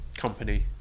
Company